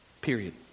Period